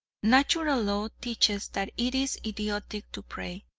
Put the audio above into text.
natural law teaches that it is idiotic to pray,